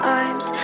arms